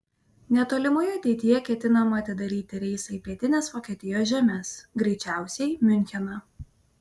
netolimoje ateityje ketinama atidaryti reisą į pietines vokietijos žemes greičiausiai miuncheną